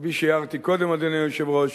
כפי שהערתי קודם, אדוני היושב-ראש,